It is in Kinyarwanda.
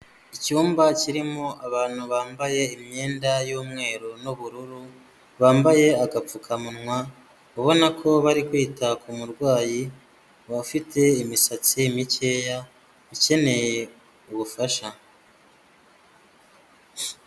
Icyumba kirimo abantu bambaye imyenda y'umweru n'ubururu, bambaye agapfukamunwa ubona ko bari kwita ku murwayi, bafite imisatsi mikeya ikeneye ubufasha.